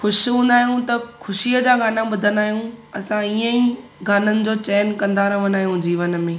ख़ुशि हूंदा आहियूं त ख़ुशीअ जा गाना ॿुधंदा आहियूं असां ईअं ई गाननि जो चयन कंदा रहंदा आहियूं जीवन में